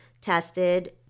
tested